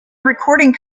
recording